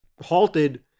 halted